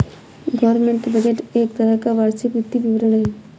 government budget एक तरह का वार्षिक वित्तीय विवरण है